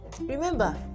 remember